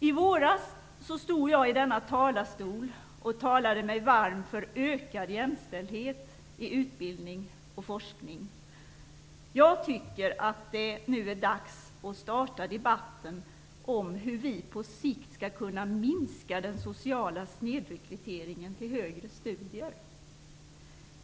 I våras stod jag i denna talarstol och talade mig varm för ökad jämställdhet i utbildning och forskning. Jag tycker att det nu är dags att starta debatten om hur vi på sikt skall kunna minska den sociala snedrekryteringen till högre studier.